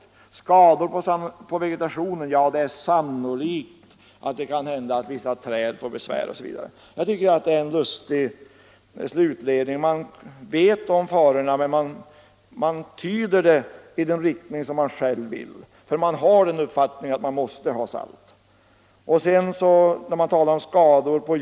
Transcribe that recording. Nå, men skador på vegetationen? Jo, det är sannolikt att vissa träd får besvär. På tal om skador på djuren sägs att omfattningen är ganska liten, osv. Jag tycker att det är egendomliga slutledningar. Man vet om farorna, men man tyder allt i den riktning som man själv vill, för man har uppfattningen att saltet måste användas.